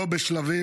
לא בשלבים.